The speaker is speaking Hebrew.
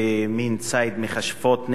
ומין ציד מכשפות,